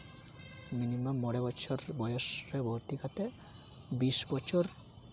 minimum ᱢᱚᱬᱮ ᱵᱚᱪᱷᱚᱨ ᱵᱚᱭᱮᱥ ᱨᱮ ᱵᱷᱚᱨᱛᱤ ᱠᱟᱛᱮᱜ ᱵᱤᱥ ᱵᱚᱪᱷᱚᱨ